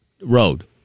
road